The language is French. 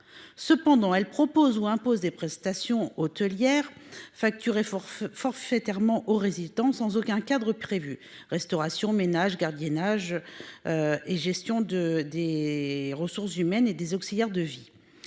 Cependant, elle propose ou impose des prestations hôtelières. Forfait forfaitairement aux résistants sans aucun cadre prévu, restauration, ménage, gardiennage. Et gestion de des ressources humaines et des auxiliaires de vie.